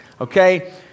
Okay